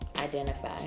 identify